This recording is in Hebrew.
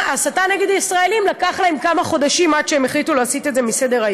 ההסתה נגד ישראלים לקח להם כמה חודשים עד שהם החליטו להסיר מסדר-היום.